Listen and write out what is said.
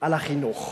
על החינוך.